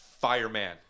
fireman